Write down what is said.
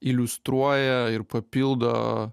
iliustruoja ir papildo